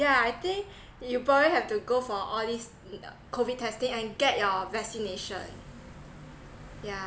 yeah I think you probably have to go for all these COVID testing and get your vaccination yeah